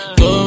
go